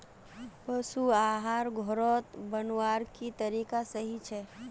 पशु आहार घोरोत बनवार की तरीका सही छे?